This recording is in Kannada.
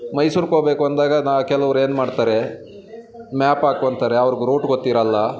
ಮೈಸೂರ್ಗೋಗ್ಬೇಕು ಅಂದಾಗ ನಾ ಕೆಲವರು ಏನು ಮಾಡ್ತಾರೆ ಮ್ಯಾಪ್ ಹಾಕೊಂತರೆ ಅವ್ರಿಗೆ ರೂಟ್ ಗೊತ್ತಿರಲ್ಲ